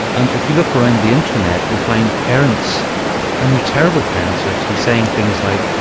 and if you look around the internet you'll find parents and they're terrible parents actually saying things like,